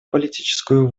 политическую